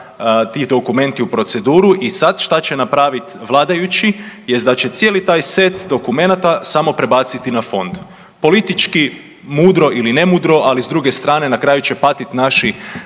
ti dokumenti u proceduru. I sad što će napraviti vladajući, jest da će cijeli taj set dokumenata samo prebaciti na fond. Politički mudro ili ne mudro, ali s druge strane na kraju će patiti naši